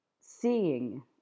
seeing